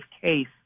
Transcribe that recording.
case